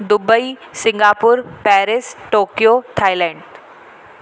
Dubai Singapore Paris Tokyo Thailand